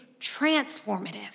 transformative